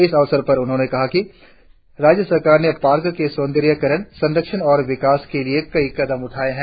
इस अवसर पर उन्होंने कहा कि राज्य सरकार ने पार्क के सौन्दर्यीकरण संरक्षण और विकास के लिए कई कदम उठाए है